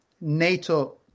NATO